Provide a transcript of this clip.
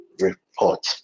report